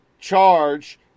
charge